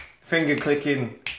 finger-clicking